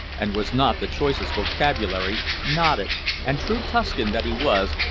and was not the choicest vocabulary, nodded, and, true tuscan that he was,